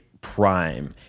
prime